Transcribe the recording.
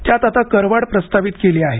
त्यात आता करवाढ प्रस्तावित केली आहे